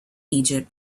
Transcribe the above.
egypt